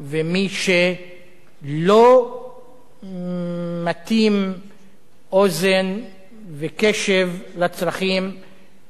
ומי שלא מטים אוזן וקשב לצרכים